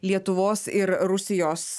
lietuvos ir rusijos